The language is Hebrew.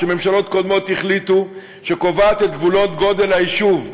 שממשלות קודמות החליטו שהיא קובעת את הגבולות והגודל של היישוב.